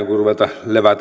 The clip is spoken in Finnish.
ruveta